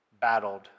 battled